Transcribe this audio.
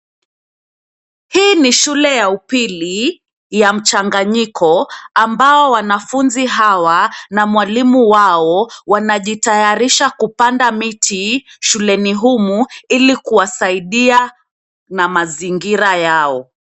Hii ni shule ya upili ya mchanganyiko, ambao wanafunzi hawa na mwalimu wao, wanajitayarisha kupanda miti, shuleni humu, ilikuwasaidia na mazingira yao.